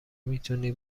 میتونی